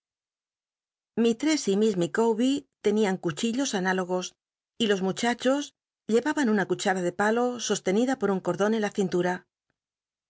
llistrcss y mis micawber cuchillos amilogos y los muchachos llevaban una clu hara de palo sostenida por un cordon en la cintura